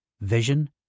vision